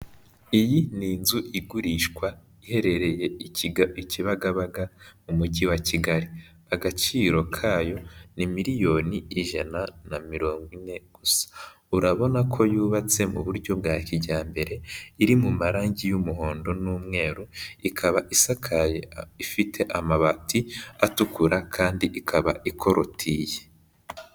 Iyi ni inzu igurishwa iherereye Kibagabaga mu mujyi wa Kigali, agaciro kayo ni miliyoni ijana na mirongo ine gusa, urabona ko yubatse mu buryo bwa kijyambere, iri mu marangi y'umuhondo n'umweru, ikaba isakaye ifite amabati atukura kandi ikaba ikorutiye.